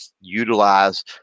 utilize